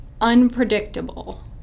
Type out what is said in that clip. unpredictable